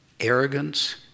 Arrogance